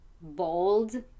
bold